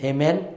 Amen